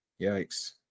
Yikes